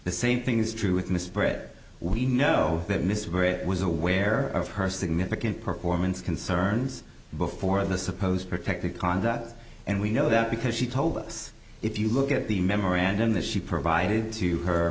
the same thing is true with mr britt we know that mr barrett was aware of her significant performance concerns before the supposed protective conduct and we know that because she told us if you look at the memorandum that she provided to her